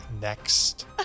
next